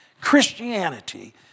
Christianity